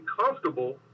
comfortable